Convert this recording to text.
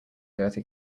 dirty